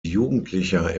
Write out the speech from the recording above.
jugendlicher